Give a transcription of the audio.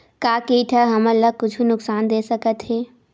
का कीट ह हमन ला कुछु नुकसान दे सकत हे?